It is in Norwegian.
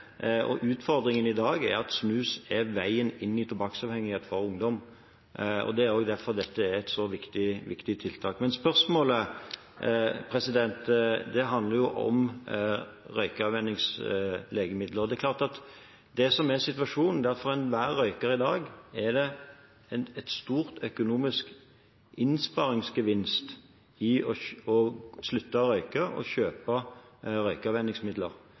Utfordringen i dag er at snus er veien inn i tobakksavhengighet for ungdom, og det er derfor dette er et så viktig tiltak. Men spørsmålet handler om røykavvenningslegemidler. Det er klart at det som er situasjonen, er at for enhver røyker i dag er det en stor økonomisk innsparingsgevinst i å slutte å røyke og å kjøpe